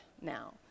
now